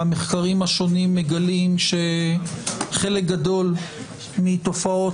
המחקרים השונים מגלים שחלק גדול מתופעות